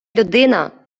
людина